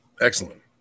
Excellent